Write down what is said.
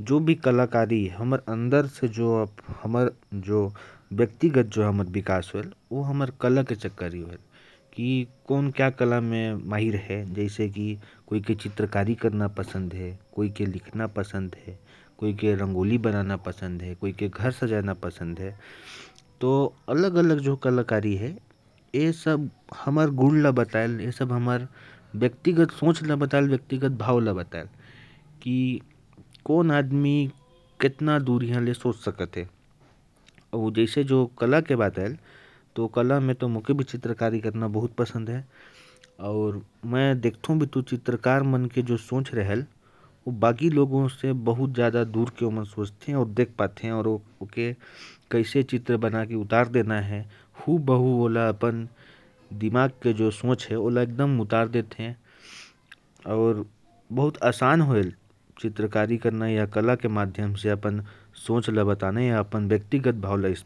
जो भी कलाकारी है, हमारे जो व्यक्तिगत विकास हुआ, वह कलाकारी के वजह से हुआ। जैसे चित्रकारी करके, गाना गाकर अपनी बात को रखना। चित्र के माध्यम से अपनी बात को रखना और बहुत दूर तक सोच